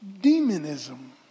demonism